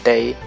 Day